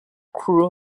cruel